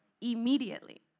Immediately